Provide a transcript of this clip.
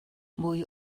mwy